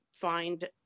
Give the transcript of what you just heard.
find